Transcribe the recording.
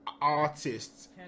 artists